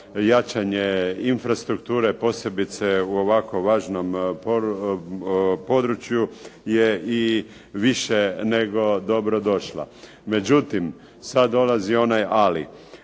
jačanje infrastrukture, posebice u ovako važnom području, je i više nego dobrodošla, međutim sad dolazi onaj ali.